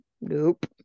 nope